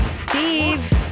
steve